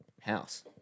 house